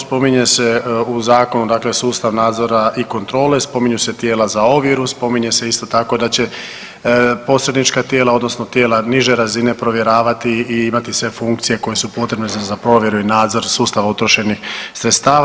Spominje se u zakonu, dakle sustav nadzora i kontrole, spominju se tijela za ovjeru, spominje se isto tako da će posrednička tijela, odnosno tijela niže razine provjeravati i imati sve funkcije koje su potrebne za provjeru i nadzora sustava utrošenih sredstava.